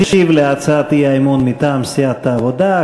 ישיב על הצעת האי-אמון מטעם סיעת העבודה,